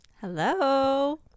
Hello